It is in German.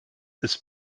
ist